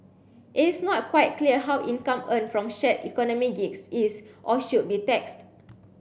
it is not quite clear how income earned from shared economy gigs is or should be taxed